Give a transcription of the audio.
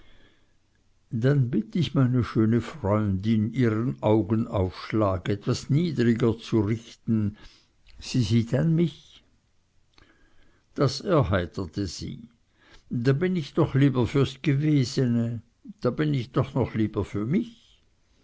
dann bitt ich meine schöne freundin ihren augenaufschlag etwas niedriger zu richten sie sieht dann mich das erheiterte sie da bin ich doch lieber fürs gewesene da bin ich doch noch lieber für mich